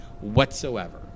whatsoever